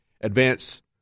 advance